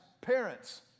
parents